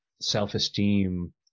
self-esteem